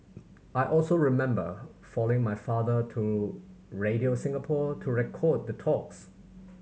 I also remember following my father to Radio Singapore to record the talks